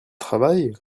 travaille